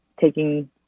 taking